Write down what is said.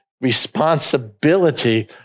responsibility